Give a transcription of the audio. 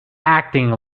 acting